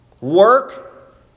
Work